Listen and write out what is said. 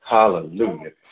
Hallelujah